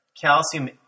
calcium